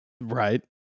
Right